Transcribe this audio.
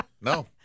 No